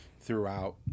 throughout